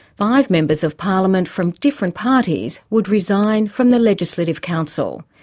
five members of parliament from different parties would resign from the legislative council.